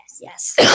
Yes